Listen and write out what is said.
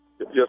Yes